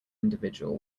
individual